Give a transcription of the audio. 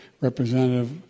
Representative